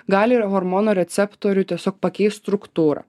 gali ir hormonų receptorių tiesiog pakeist struktūrą